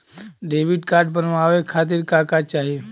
Debit card बनवावे खातिर का का चाही?